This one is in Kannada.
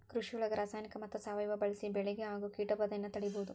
ಕೃಷಿಯೊಳಗ ರಾಸಾಯನಿಕ ಮತ್ತ ಸಾವಯವ ಬಳಿಸಿ ಬೆಳಿಗೆ ಆಗೋ ಕೇಟಭಾದೆಯನ್ನ ತಡೇಬೋದು